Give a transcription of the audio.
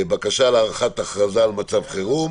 בקשה להארכת הכרזה על מצב חירום